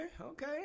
okay